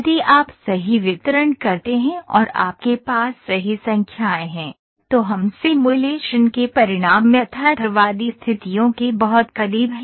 यदि आप सही वितरण करते हैं और आपके पास सही संख्याएँ हैं तो हम सिमुलेशन के परिणाम यथार्थवादी स्थितियों के बहुत करीब हैं